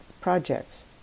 projects